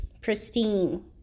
pristine